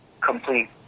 complete